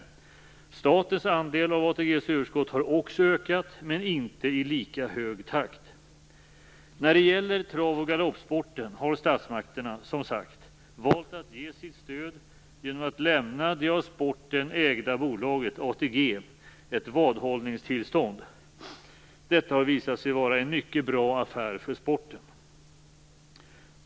Statens andel av ATG:s överskott har också ökat men inte i lika hög takt. När det gäller trav och galoppsporten har statsmakterna, som sagt, valt att ge sitt stöd genom att lämna det av sporten ägda bolaget, ATG, ett vadhållningstillstånd. Detta har visat sig vara en mycket bra affär för sporten.